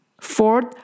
Fourth